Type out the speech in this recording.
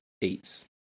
eats